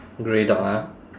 grey dog ah